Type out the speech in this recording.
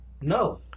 No